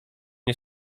nie